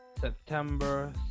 September